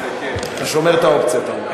אתה שומר את האופציה, אתה אומר.